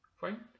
fine